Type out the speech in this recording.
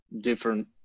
different